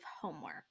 homework